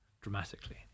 dramatically